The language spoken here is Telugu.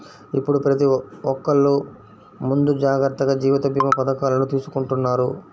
ఇప్పుడు ప్రతి ఒక్కల్లు ముందు జాగర్తగా జీవిత భీమా పథకాలను తీసుకుంటన్నారు